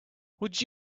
would